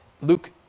Luke